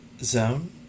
zone